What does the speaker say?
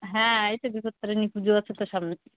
হ্যাঁ এই তো বিপত্তারিণী পুজো আছে তো সামনে